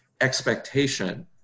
expectation